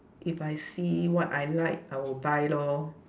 if I see what I like I will buy lor